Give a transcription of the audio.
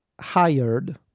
hired